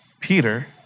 Peter